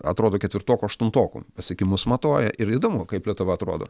atrodo ketvirtokų aštuntokų pasiekimus matuoja ir įdomu kaip lietuva atrodo